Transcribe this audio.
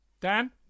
dan